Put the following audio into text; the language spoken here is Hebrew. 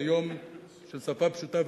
זה יום של שפה פשוטה,